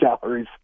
calories